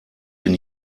den